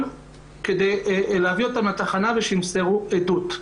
כדי להביא אותן לתחנה שימסרו עדות.